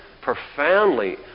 profoundly